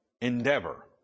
endeavor